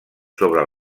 sobre